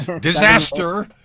disaster